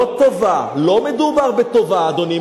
לא טובה, לא מדובר בטובה, אדוני.